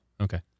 okay